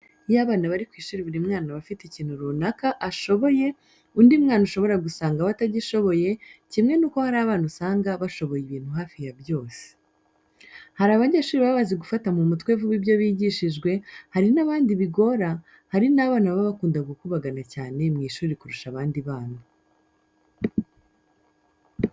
Iyo abana bari ku ishuri buri mwana aba afite ikintu runaka ashoboye, undi mwana ushobora gusanga we atagishoboye, kimwe n'uko hari n'abana usanga bashoboye ibintu hafi ya byose. Hari abanyeshuri baba bazi gufata mu mutwe vuba ibyo bigishwije, hari n'abandi bigora, hari n'abana baba bakunda gukubagana cyane mu ishuri kurusha abandi bana.